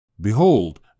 Behold